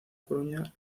coruña